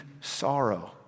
sorrow